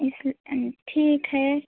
इस ठीक है